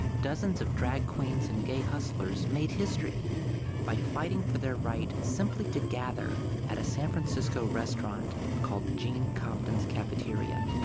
dozens of drag queens and gay hustlers made history by fighting for their right simply to gather at a san francisco restaurant called gene compton's cafeteria.